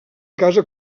casa